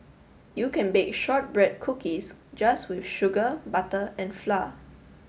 you can bake shortbread cookies just with sugar butter and flour